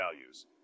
values